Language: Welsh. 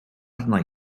arna